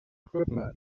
equipment